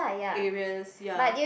areas ya